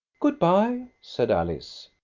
good-bye, said alice.